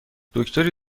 دکتری